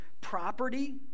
property